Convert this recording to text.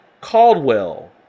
Caldwell